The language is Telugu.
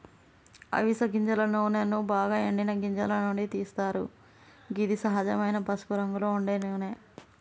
అవిస గింజల నూనెను బాగ ఎండిన గింజల నుండి తీస్తరు గిది సహజమైన పసుపురంగులో ఉండే నూనె